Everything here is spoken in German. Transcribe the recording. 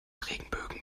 regenbögen